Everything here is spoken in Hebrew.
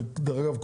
דרך אגב,